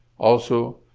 also,